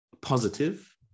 positive